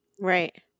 right